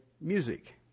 music